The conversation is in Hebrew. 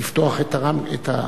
כבוד היושב-ראש, כבוד